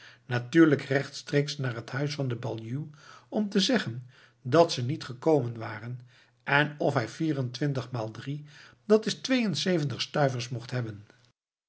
natuurlijk rechtstreeks naar het huis van den baljuw om te zeggen dat ze niet gekomen waren en of hij vierentwintig maal drie dat is tweeënzeventig stuivers mocht hebben